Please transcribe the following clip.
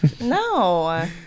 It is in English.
No